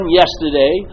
yesterday